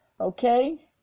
Okay